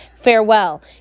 Farewell